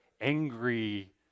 angry